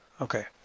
Okay